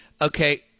Okay